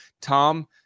Tom